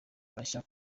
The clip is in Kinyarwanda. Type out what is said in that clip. bashya